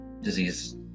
disease